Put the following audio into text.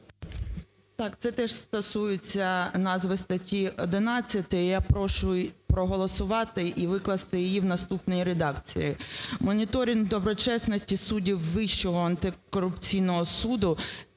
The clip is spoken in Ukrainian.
Так, це теж стосується назви статті 11-ї. Я прошу проголосувати і викласти її в наступній редакції. "Моніторинг доброчесності суддів Вищого антикорупційного суду